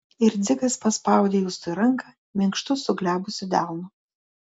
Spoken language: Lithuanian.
ir dzigas paspaudė justui ranką minkštu suglebusiu delnu